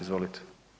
Izvolite.